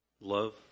love